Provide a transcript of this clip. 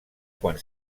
quan